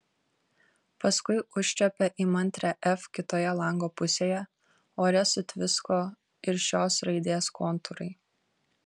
paskui užčiuopė įmantrią f kitoje lango pusėje ore sutvisko ir šios raidės kontūrai